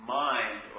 mind